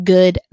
Good